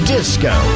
Disco